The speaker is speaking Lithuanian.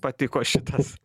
patiko šitas